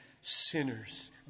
sinners